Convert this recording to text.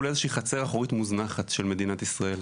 לאיזה שהיא חצר אחורית מוזנחת של מדינת ישראל.